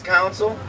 Council